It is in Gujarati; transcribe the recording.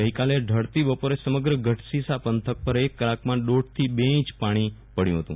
ગઈકાલે ઢળતી બપોરે સમગ્ર ગઢશીસા પંથક પર એક કલાકમાં દોઢ થી બે ઈંચ પાણી પડ્યુ ફતું